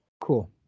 cool